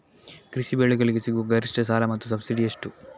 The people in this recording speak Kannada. ಕೃಷಿ ಬೆಳೆಗಳಿಗೆ ಸಿಗುವ ಗರಿಷ್ಟ ಸಾಲ ಮತ್ತು ಸಬ್ಸಿಡಿ ಎಷ್ಟು?